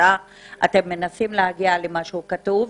ואתם מנסים להגיע למשהו כתוב.